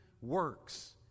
works